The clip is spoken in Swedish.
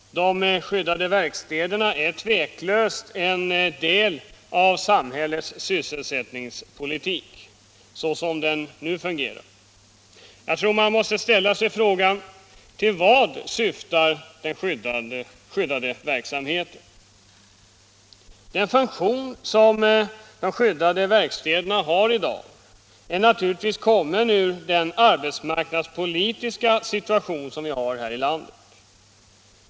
De skyddade verkstäderna är otvivelaktigt en del av samhällets sysselsättningspolitik så som den nu fungerar. Jag tror man måste ställa sig frågan: Till vad syftar den skyddade verksamheten? Den funktion som de skyddade verkstäderna har i dag är naturligtvis kommen ur den arbetsmarknadspolitiska situation som vi har här i landet.